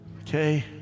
okay